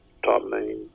top-name